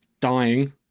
dying